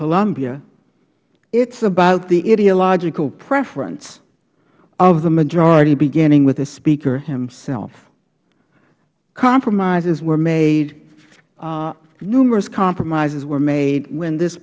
columbia it is about the ideological preference of the majority beginning with the speaker himself compromises were made numerous compromises were made when this